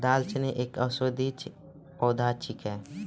दालचीनी एक औषधीय पौधा छिकै